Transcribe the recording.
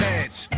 edge